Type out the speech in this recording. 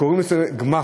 קוראים לזה גמ"חים,